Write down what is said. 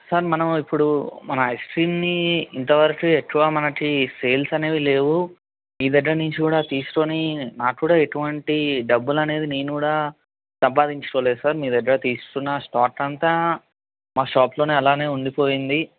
sir మనం ఇప్పుడు మన ఐస్ క్రీమ్ని ఇంతవరకు ఎక్కువ మనకి సేల్స్ అనేవి లేవు మీ దగ్గర నుంచి కూడా తీసుకుని నాక్కూడా ఎటువంటి డబ్బులు అనేది నేను కూడా సంపాందించుకోలేదు సర్ మీ దగ్గర నుంచి తీసుకున్న స్టాక్ అంతా మా షాప్లోనే అలానే ఉండిపోయింది